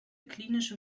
klinische